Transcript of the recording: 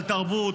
על תרבות,